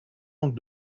oncle